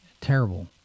Terrible